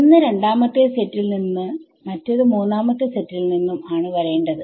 ഒന്ന് രണ്ടാമത്തെ സെറ്റിൽ നിന്ന് മറ്റേത് മൂന്നാമത്തെ സെറ്റിൽ നിന്നും ആണ് വരേണ്ടത്